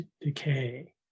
decay